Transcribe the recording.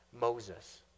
Moses